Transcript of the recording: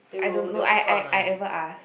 I don't know I I I ever ask